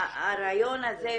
הרעיון הזה,